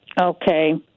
Okay